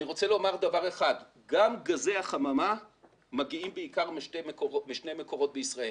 אני רוצה לומר שגם גזי החממה מגיעים בעיקר משני מקורות בישראל,